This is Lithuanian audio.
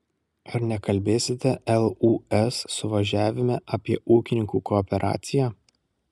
ar nekalbėsite lūs suvažiavime apie ūkininkų kooperaciją